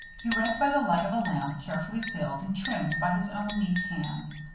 he read by the light of a lamp carefully filled and trimmed by his own neat hands.